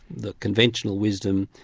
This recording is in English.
the conventional wisdom,